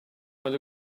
want